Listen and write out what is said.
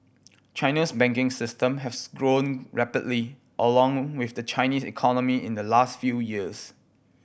China's banking system has also grown rapidly along with the Chinese economy in the last few years